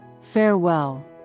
farewell